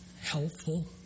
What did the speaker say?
helpful